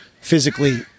physically